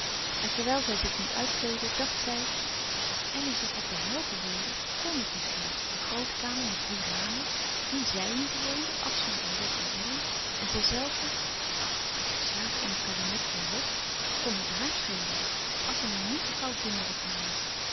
en terwijl zij nu zich uitkleedde dacht zij als elly zich wat behelpen wilde kn het misschien de groote kamer met drie ramen die zij nu bewoonde afstaan aan lot en elly en zijzelve ach slapen in het kabinet van lot wat kon het haar schelen als er maar niet te gauw kinderen kwamen